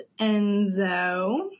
Enzo